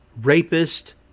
rapist